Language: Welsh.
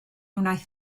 wnaeth